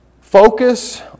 Focus